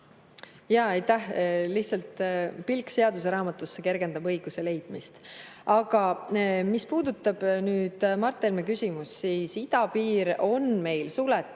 Jaa, aitäh! Lihtsalt pilk seaduseraamatusse kergendab õiguse leidmist. Aga mis puudutab Mart Helme küsimust, siis idapiir on meil suletud.